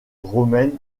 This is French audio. romaines